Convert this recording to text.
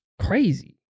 crazy